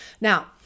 Now